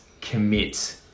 commit